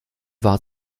war